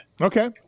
Okay